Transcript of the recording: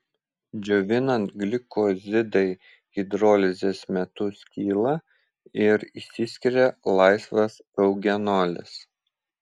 džiovinant glikozidai hidrolizės metu skyla ir išsiskiria laisvas eugenolis